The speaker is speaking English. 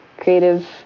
creative